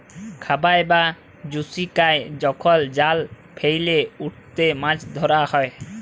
খাবাই বা জুচিকাই যখল জাল ফেইলে উটতে মাছ ধরা হ্যয়